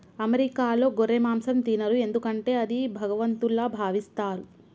అమెరికాలో గొర్రె మాంసం తినరు ఎందుకంటే అది భగవంతుల్లా భావిస్తారు